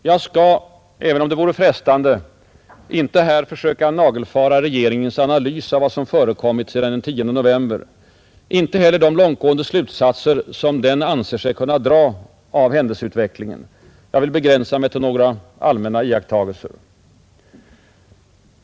Jag skall — även om det vore frestande — inte här nagelfara regeringens analys av vad som förekommit sedan den 10 november, inte heller de långtgående slutsatser som den anser sig kunna dra av händelseutvecklingen. Jag begränsar mig till några allmänna iakttagelser.